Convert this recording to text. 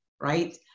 right